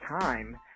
time